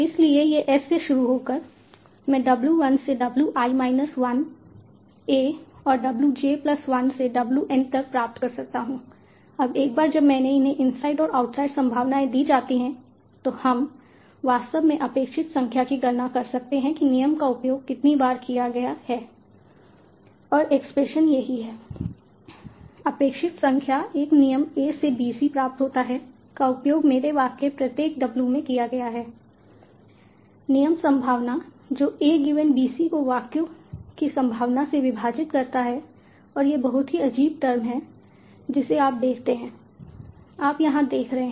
इसलिए यह S से शुरू होकर मैं W 1 से W i माइनस 1 A और W j प्लस 1 से W N तक प्राप्त कर सकता हूं अब एक बार जब हमें इनसाइड और आउटसाइड संभावनाएं दी जाती हैं तो हम वास्तव में अपेक्षित संख्या की गणना कर सकते हैं कि नियम का उपयोग कितनी बार किया गया है और एक्सप्रेशन यही है अपेक्षित संख्या एक नियम A से B C प्राप्त होता है का उपयोग मेरे वाक्य प्रत्येक W में किया गया है नियम सम्भावना जो a गिवेन B C को वाक्य की सम्भावना से विभाजित करता है और यह बहुत ही अजीब टर्म है जिसे आप देखते हैं आप यहाँ देख रहे हैं